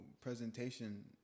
presentation